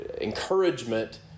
encouragement